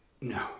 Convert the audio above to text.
No